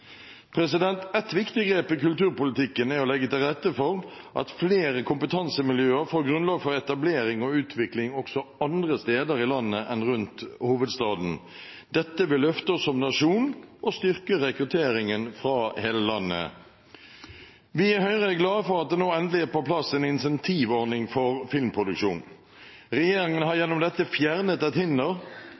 Et viktig grep i kulturpolitikken er å legge til rette for at flere kompetansemiljøer får grunnlag for etablering og utvikling også andre steder i landet enn rundt hovedstaden. Dette vil løfte oss som nasjon og styrke rekrutteringen fra hele landet. Vi i Høyre er glade for at det nå endelig er på plass en incentivordning for filmproduksjon. Regjeringen har gjennom dette fjernet et hinder